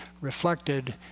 reflected